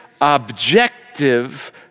objective